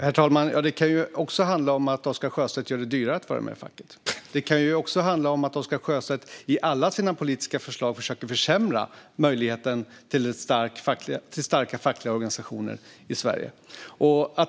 Herr talman! Det kan också handla om att Oscar Sjöstedt gör det dyrare att vara med i facket. Det kan också handla om att Oscar Sjöstedt i alla sina politiska förslag försöker försämra möjligheten till starka fackliga organisationer i Sverige.